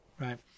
right